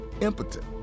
impotent